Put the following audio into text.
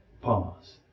pause